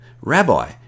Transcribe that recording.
Rabbi